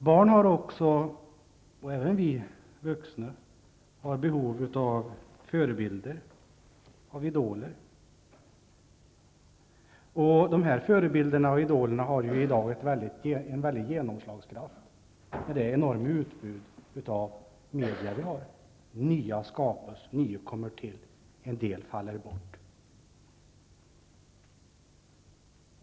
Barn -- och även vi vuxna -- har också behov av förebilder, idoler. Förebilderna och idolerna har i dag en väldig genomslagskraft genom det enorma utbud som vi har av media -- nya idoler skapas och en del gamla faller bort.